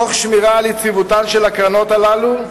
תוך שמירה על יציבותן של הקרנות האלה.